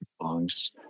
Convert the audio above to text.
songs